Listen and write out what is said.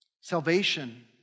Salvation